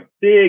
big